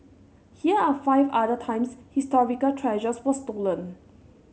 here are five other times historical treasures were stolen